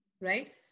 right